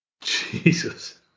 Jesus